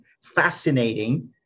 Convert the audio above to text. fascinating